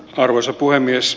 arvoisa puhemies